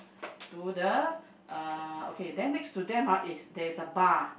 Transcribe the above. to the uh okay then next to them ah is there is a bar